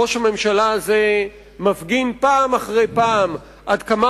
ראש הממשלה הזה מפגין פעם אחרי פעם עד כמה